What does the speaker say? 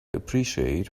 appreciate